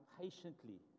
patiently